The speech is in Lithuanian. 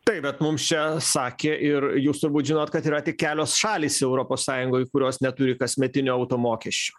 taip bet mums čia sakė ir jūs turbūt žinot kad yra tik kelios šalys europos sąjungoj kurios neturi kasmetinio auto mokesčio